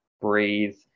breathe